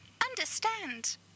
understand